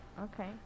okay